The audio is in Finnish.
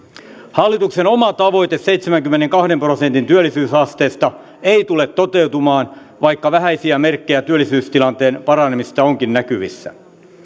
hallituksen oma tavoite seitsemänkymmenenkahden prosentin työllisyyshaasteesta ei tule toteutumaan vaikka vähäisiä merkkejä työllisyystilanteen paranemisesta onkin näkyvissä